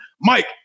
Mike